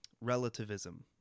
relativism